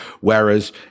whereas